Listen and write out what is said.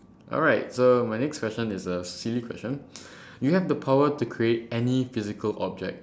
alright so my next question is a silly question you have the power to create any physical object